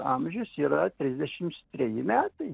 amžius yra trisdešims treji metai